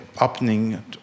opening